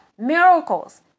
Miracles